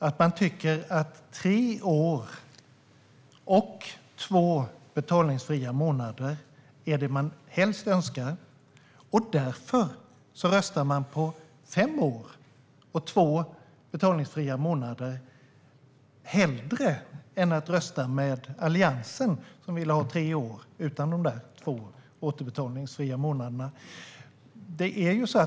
Det man helst önskar är tre år och två betalningsfria månader, och därför röstar man på fem år och två betalningsfria månader - hellre än att rösta med Alliansen, som vill ha tre år utan de där två återbetalningsfria månaderna.